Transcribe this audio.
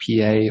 PA